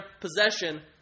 possession